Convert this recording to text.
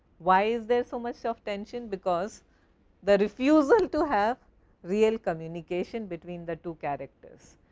why is there so much of tension? because the refusal to have real communication between the two characters.